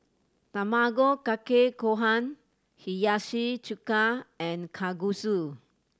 Tamago Kake Gohan Hiyashi Chuka and Kalguksu